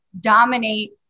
dominate